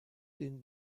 den